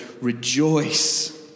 rejoice